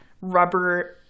rubber